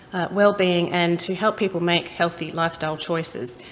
wellbeing, and to help people make healthy lifestyle choices.